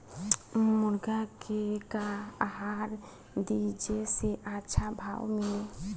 मुर्गा के का आहार दी जे से अच्छा भाव मिले?